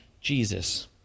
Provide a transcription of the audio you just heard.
Jesus